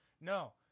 No